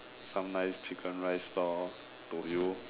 some nice chicken rice stall do you